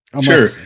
sure